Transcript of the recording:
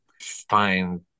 find